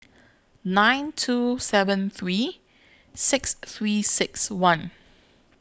nine two seven three six three six one